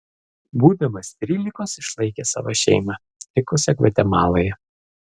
būdamas trylikos išlaikė savo šeimą likusią gvatemaloje